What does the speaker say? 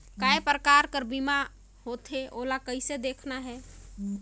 काय प्रकार कर बीमा मा होथे? ओला कइसे देखना है?